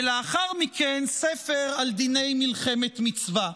ולאחר מכן ספר על דיני מלחמת מצווה.